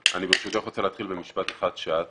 ברשותך אני רוצה להתחיל במשפט אחד שאת